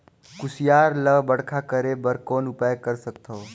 कुसियार ल बड़खा करे बर कौन उपाय कर सकथव?